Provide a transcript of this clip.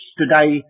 today